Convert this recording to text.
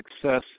success